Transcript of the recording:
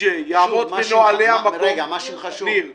די-ג'יי יעמוד בנהלי המקום --- ניר שפר,